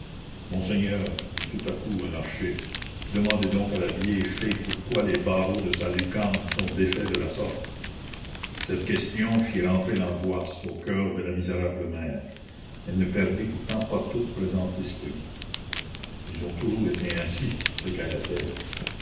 monseigneur dit tout à coup un archer demandez donc à la vieille fée pourquoi les barreaux de sa lucarne sont défaits de la sorte cette question fit rentrer l'angoisse au coeur de la misérable mère elle ne perdit pourtant pas toute présence d'esprit ils ont toujours été ainsi